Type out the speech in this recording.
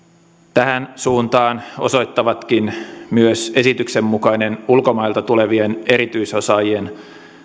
tähän suuntaan osoittavatkin myös esityksen mukainen ulkomailta tulevien erityisosaajien